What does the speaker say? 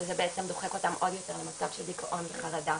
וזה בעצם דוחף אותם עוד יותר למרחב של דיכאון וחרדה